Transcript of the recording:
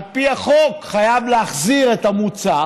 על פי החוק, גם חייב להחזיר את המוצר